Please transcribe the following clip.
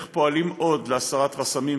איך פועלים עוד להסרת חסמים,